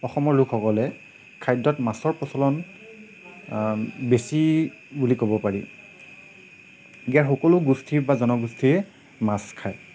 অসমৰ লোকসকলে খাদ্যত মাছৰ প্ৰচলন বেছি বুলি ক'ব পাৰি ইয়াৰ সকলো গোষ্ঠী বা জনগোষ্ঠীয়ে মাছ খায়